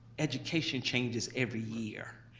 education changes every year,